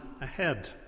ahead